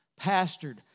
pastored